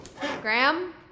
Graham